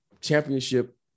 championship